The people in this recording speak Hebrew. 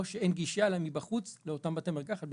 או שאין גישה אליה מבחוץ לאותם בתי מרקחת,